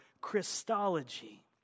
Christology